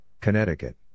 Connecticut